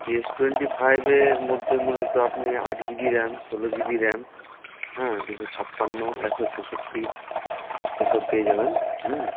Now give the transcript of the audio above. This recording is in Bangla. এস টোয়েন্টি ফাইভের মধ্যে মূলত আপনি আট জিবি র্যাম ষোলো জিবি র্যাম হ্যাঁ দুশো ছাপ্পান্ন একশো চৌষট্টি এসব পেয়ে যাবেন হুম